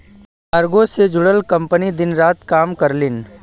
cargo से जुड़ल company दिन रात काम करलीन